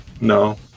No